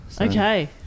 Okay